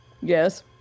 Yes